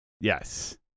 Yes